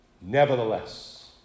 Nevertheless